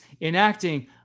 enacting